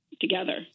together